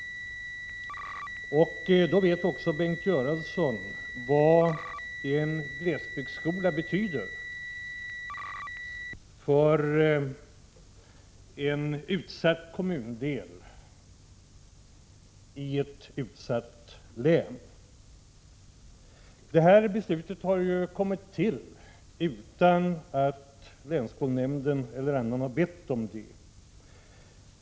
Då vet han också vad en glesbygdsskola betyder för en utsatt kommundel i ett utsatt län. Detta beslut har fattats utan att länsskolnämnden eller någon annan har bett om det.